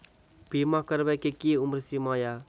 बीमा करबे के कि उम्र सीमा या?